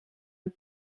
een